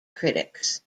critics